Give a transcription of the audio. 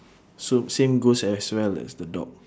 so same goes as well as the dog